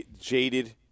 jaded